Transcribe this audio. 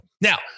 Now